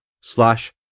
slash